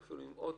ואפילו אם שוב.